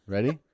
Ready